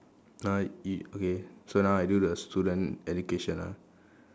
uh y~ okay so now I do the student education ah